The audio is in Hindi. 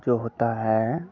जो होता है